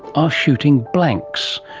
are shooting blanks,